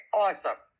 awesome